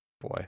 boy